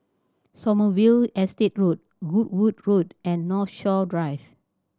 Sommerville Estate Road Goodwood Road and Northshore Drive